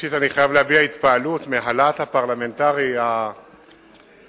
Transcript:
ראשית אני חייב להביע התפעלות מהלהט הפרלמנטרי הנדיר